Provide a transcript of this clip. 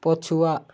ପଛୁଆ